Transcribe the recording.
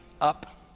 up